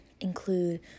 include